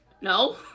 no